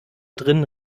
drinnen